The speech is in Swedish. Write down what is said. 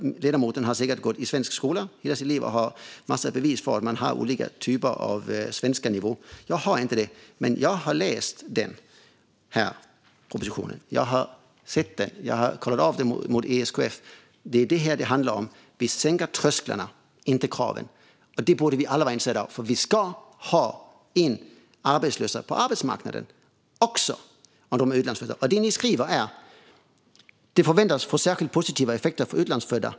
Ledamoten har säkert gått i svensk skola i hela sitt liv och har en massa bevis på att han har olika typer av svenskanivåer. Jag har inte det, men jag har läst propositionen. Jag har sett den. Jag har kollat av den mot SeQF. Detta är vad det handlar om, att sänka trösklarna, inte kraven. Det borde vi alla vara intresserade av, för vi ska ha in arbetslösa på arbetsmarknaden, också om de är utlandsfödda. Ni skriver, Patrick Reslow, att propositionen "förväntas få särskilt positiva effekter för utlandsfödda".